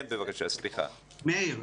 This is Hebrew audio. נכון לרגע זה, מאיר,